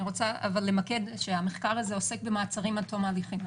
אבל אני רוצה למקד שהמחקר הזה עוסק במעצרים עד תום ההליכים.